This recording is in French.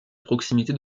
proximité